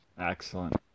Excellent